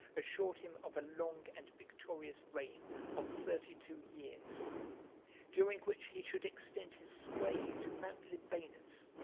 assured him of a long and victorious reign of thirty-two years during which he should extend his sway to mount libanus,